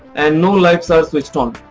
and no lights are switch on.